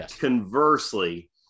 conversely